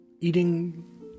eating